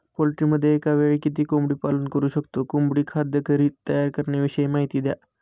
पोल्ट्रीमध्ये एकावेळी किती कोंबडी पालन करु शकतो? कोंबडी खाद्य घरी तयार करण्याविषयी माहिती द्या